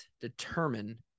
determine